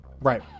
Right